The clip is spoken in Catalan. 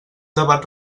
debat